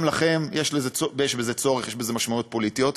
גם לכם יש בזה צורך, יש בזה משמעויות פוליטיות.